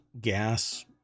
gas